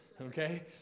okay